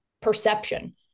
perception